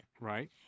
Right